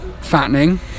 fattening